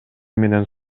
менен